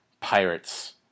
pirates